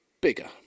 bigger